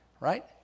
Right